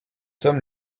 sommes